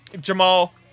jamal